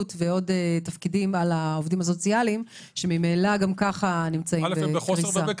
ותפקידים על העובדים הסוציאליים שממילא גם כך בקריסה.